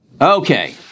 okay